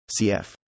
CF